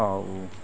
ଆଉ